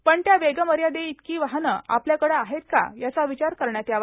पण त्या वेगमयदिइतकी वाहनं आपल्याकडं आहेत का याचा विचार करण्यात यावा